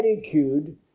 attitude